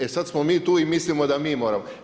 E sad smo mi tu i mislimo da mi moramo.